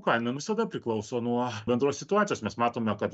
kaina visada priklauso nuo bendros situacijos mes matome kad